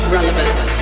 relevance